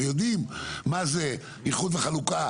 ויודעים מה זה איחוד וחלוקה,